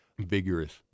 vigorous